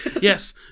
Yes